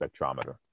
spectrometer